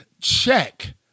check